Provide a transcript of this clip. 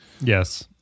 Yes